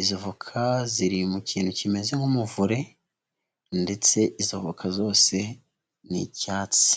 izo voka ziri mu kintu kimeze nk'umuvure ndetse izo voka zose ni icyatsi.